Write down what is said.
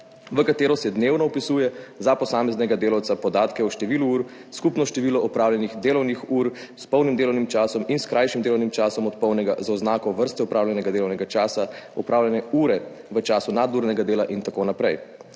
v katero se dnevno vpisuje za posameznega delavca podatke o številu ur, skupno število opravljenih delovnih ur s polnim delovnim časom in s krajšim delovnim časom od polnega, z oznako vrste opravljenega delovnega časa, opravljene ure v času nadurnega dela in tako naprej.